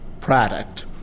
product